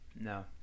No